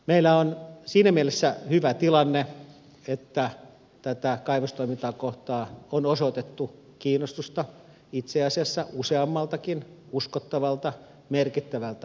meillä on siinä mielessä hyvä tilanne että tätä kaivostoimintaa kohtaan on osoitettu kiinnostusta itse asiassa useammaltakin uskottavalta merkittävältä taholta